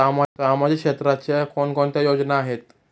सामाजिक क्षेत्राच्या कोणकोणत्या योजना आहेत?